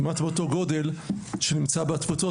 כמעט באותו גודל שנמצא בתפוצות,